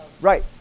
right